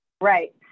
Right